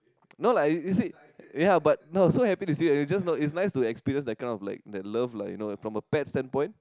no lah you see ya but now so happy to see you is just no it's nice to experience that kind of like that love lah you know from a pet standpoint